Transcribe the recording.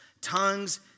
tongues